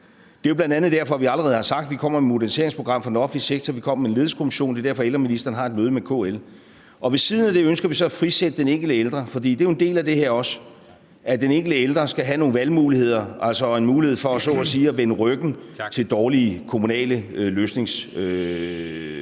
Det er jo bl.a. derfor, vi allerede har sagt, at vi kommer med et moderniseringsprogram for den offentlige sektor, og at vi nedsætter en ledelseskommission, og det er derfor, ældreministeren har et møde med KL. Ved siden af det ønsker vi så at frisætte den enkelte ældre, for det er jo også en del af det her. Den enkelte ældre skal have nogle valgmuligheder og en mulighed for så at sige at vende ryggen til dårlige kommunale løsningstilbud.